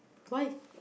why